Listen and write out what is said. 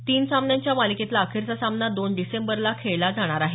तीन सामन्यांच्या मालिकेतला अखेरचा सामना दोन डिसेंबरला खेळला जाणार आहे